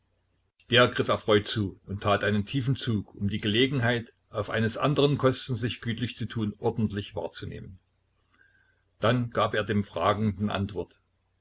der griff erfreut zu und tat einen tiefen zug um die gelegenheit auf eines andern kosten sich gütlich zu tun ordentlich wahrzunehmen dann gab er dem fragenden antwort